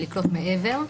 לקלוט מעבר,